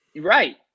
Right